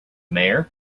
mayor